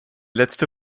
letzte